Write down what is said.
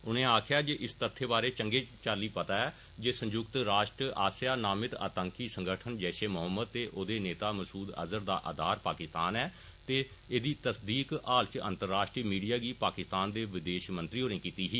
उर्ने आक्खेया जे इस तथ्य बारै चंग्गी चाल्ली पता ऐ जे संय्क्त राष्ट्र आस्सैआ नामित आतंकी संगठन जैश ए मोहम्मद ते ओहदे नेता मसूद अजहर दा आधार पाकिस्तान ऐ ते एहदी तकसदीक हाल इच अंतर्राष्ट्रीय मीडिया गी पाकिस्तान दे विदेश मंत्री होरे कीती ही